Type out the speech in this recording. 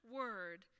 word